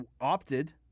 opted